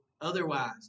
otherwise